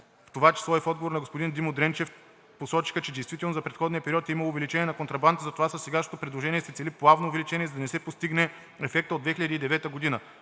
това число и в отговор на господин Димо Дренчев, че действително за предходния период е имало увеличаване на контрабандата. Затова със сегашното предложение се цели плавно увеличение, за да не се постигне ефектът от 2009 г.